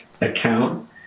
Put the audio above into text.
account